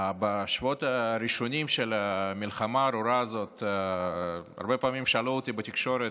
בשבועות הראשונים של המלחמה הארורה הזאת הרבה פעמים שאלו אותי בתקשורת: